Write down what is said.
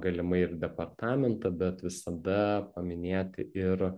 galimai ir departamentą bet visada paminėti ir